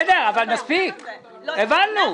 בסדר, אבל מספיק, הבנו.